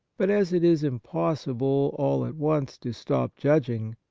but, as it is impossible all at once to stop judging,